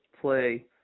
play